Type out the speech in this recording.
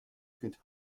could